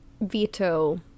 veto